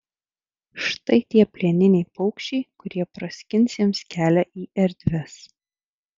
štai tie plieniniai paukščiai kurie praskins jiems kelią į erdves